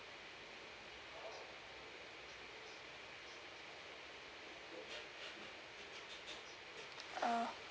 uh